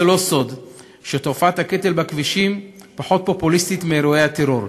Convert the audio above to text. זה לא סוד שתופעת הקטל בכבישים פחות פופוליסטית מאירועי הטרור.